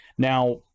Now